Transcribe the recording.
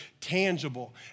tangible